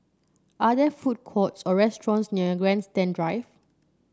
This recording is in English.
are there food courts or restaurants near Grandstand Drive